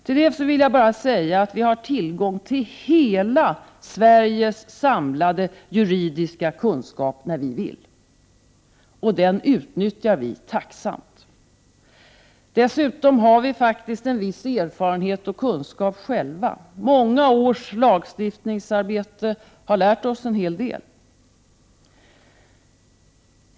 Till det vill jag bara säga att vi har tillgång till hela Sveriges samlade juridiska kunskap när vi vill. Och den utnyttjar vi tacksamt. Dessutom har vi viss erfarenhet och kunskap själva. Många års lagstiftningsarbete har lärt oss en hel del.